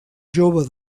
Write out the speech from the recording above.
jove